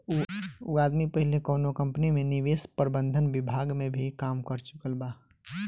उ आदमी पहिले कौनो कंपनी में निवेश प्रबंधन विभाग में भी काम कर चुकल बा